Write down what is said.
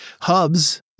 Hubs